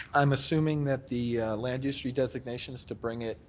i'm assuming that the land-use redesignation is to bring it